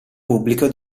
pubblico